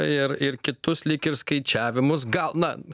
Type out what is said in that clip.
ir ir kitus lyg ir skaičiavimus gal na